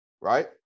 Right